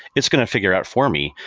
it's going to figure out for me,